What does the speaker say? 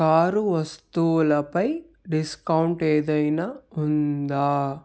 car వస్తువులపై discount ఏదైనా ఉందా